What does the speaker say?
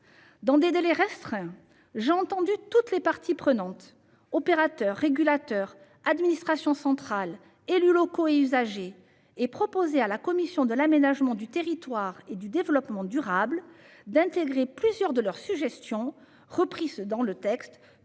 Dans des délais restreints, j'ai entendu toutes les parties prenantes- opérateurs, régulateur, administrations centrales, élus locaux et usagers -et proposé à la commission de l'aménagement du territoire et du développement durable de reprendre plusieurs de leurs suggestions. J'en viens à présent